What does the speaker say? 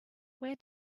where